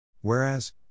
Whereas